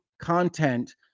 content